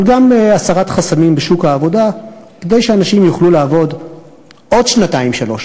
אבל גם הסרת חסמים בשוק העבודה כדי שאנשים יוכלו לעבוד עוד שנתיים-שלוש,